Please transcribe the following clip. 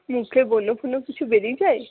মুখে ব্রণ ফ্রণ কিছু বেরিয়ে যায়